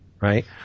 Right